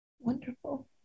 Wonderful